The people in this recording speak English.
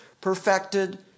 perfected